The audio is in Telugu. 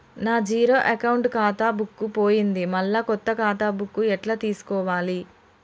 నా జీరో అకౌంట్ ఖాతా బుక్కు పోయింది మళ్ళా కొత్త ఖాతా బుక్కు ఎట్ల తీసుకోవాలే?